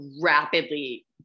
rapidly